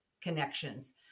connections